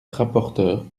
rapporteure